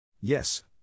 Yes